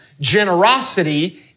generosity